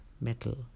metal